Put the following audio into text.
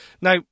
Now